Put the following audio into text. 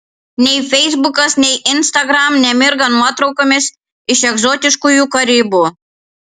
nei feisbukas nei instagram nemirga nuotraukomis iš egzotiškųjų karibų